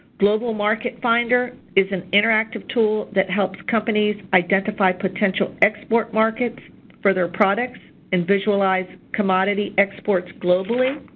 global market finder is an interactive tool that helps companies identify potential export markets for their products and visualize commodity exports globally.